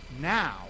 now